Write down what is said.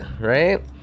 Right